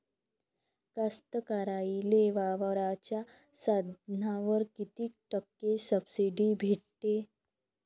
कास्तकाराइले वावराच्या साधनावर कीती टक्के सब्सिडी भेटते?